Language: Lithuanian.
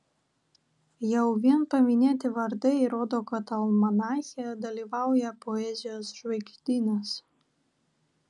jau vien paminėti vardai rodo kad almanache dalyvauja poezijos žvaigždynas